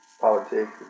politics